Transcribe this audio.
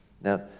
Now